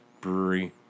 brewery